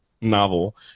novel